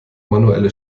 manuelle